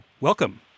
Welcome